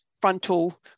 frontal